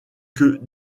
que